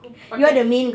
aku pakai